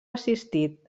assistit